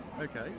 okay